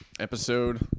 Episode